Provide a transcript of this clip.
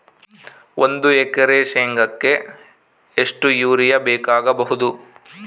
ಒಂದು ಎಕರೆ ಶೆಂಗಕ್ಕೆ ಎಷ್ಟು ಯೂರಿಯಾ ಬೇಕಾಗಬಹುದು?